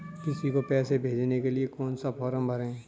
किसी को पैसे भेजने के लिए कौन सा फॉर्म भरें?